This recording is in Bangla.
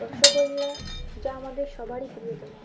রসগোল্লা যা আমাদের সবারই প্রিয়তম